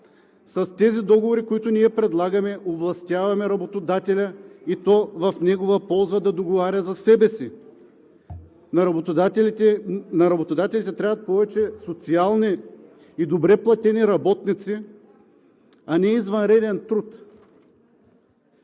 С тези договори, които ние предлагаме, овластяваме работодателя, и то в негова полза, да договаря за себе си. На работодателите трябват повече социални и добре платени работници, а не извънреден труд.